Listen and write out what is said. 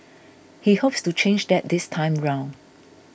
he hopes to change that this time round